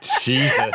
Jesus